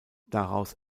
daraus